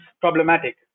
problematic